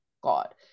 God